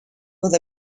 with